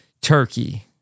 Turkey